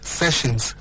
sessions